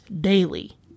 daily